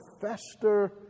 fester